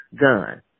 gun